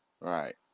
Right